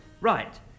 Right